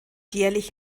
jährlich